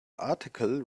article